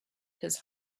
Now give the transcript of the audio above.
his